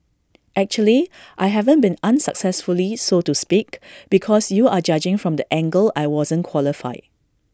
actually I haven't been unsuccessfully so to speak because you are judging from the angle I wasn't qualified